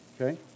Okay